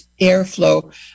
airflow